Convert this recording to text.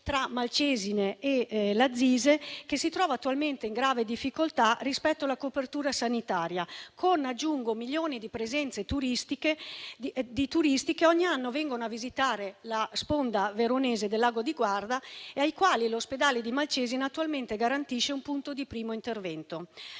tra Malcesine e Lazise, che si trova in forte difficoltà rispetto alla copertura sanitaria, con milioni di presenze di turisti che ogni anno visitano la sponda veronese del lago di Garda e ai quali, l'ospedale di Malcesine, attualmente garantisce un punto di primo intervento;